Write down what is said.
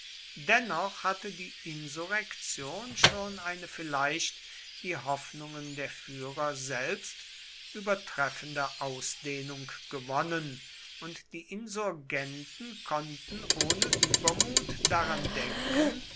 dennoch hatte die insurrektion schon eine vielleicht die hoffnungen der führer selbst übertreffende ausdehnung gewonnen und die insurgenten konnten ohne übermut daran denken